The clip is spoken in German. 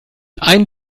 ein